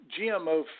GMO